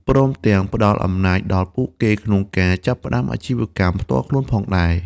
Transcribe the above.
ព្រមទាំងផ្ដល់អំណាចដល់ពួកគេក្នុងការចាប់ផ្ដើមអាជីវកម្មផ្ទាល់ខ្លួនផងដែរ។